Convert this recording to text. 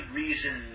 reason